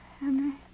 Henry